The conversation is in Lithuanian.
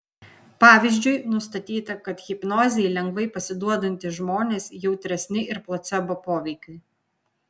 pavyzdžiui nustatyta kad hipnozei lengvai pasiduodantys žmonės jautresni ir placebo poveikiui